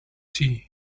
tea